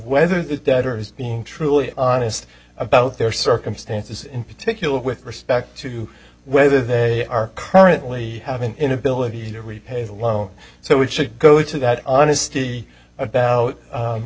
whether the debtors being truly honest about their circumstances in particular with respect to whether they are currently have an inability to repay the loan so it should go to that honesty about